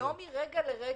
לא מרגע לרגע.